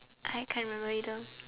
I can't remember either